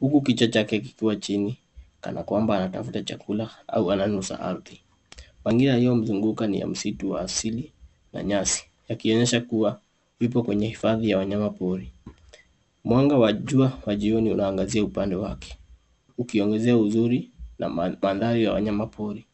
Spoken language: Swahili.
huku kichwa chake kikiwa chini kana kwamba anatafuta chakula au ananusa ardhi. Mazingira iliyomzunguka ni ya msitu wa asili na nyasi yakionyesha kuwa vipo kwenye hifadhi ya wanyama pori. Mwanga wa jua wa jioni unaangaza upande wake ukiongezea uzuri na mandhari ya wanyama pori.